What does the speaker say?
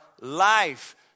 life